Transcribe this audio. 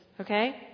Okay